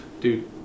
Dude